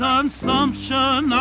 consumption